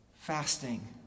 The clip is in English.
fasting